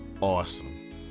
awesome